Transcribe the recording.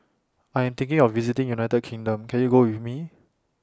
I Am thinking of visiting United Kingdom Can YOU Go with Me